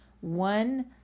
One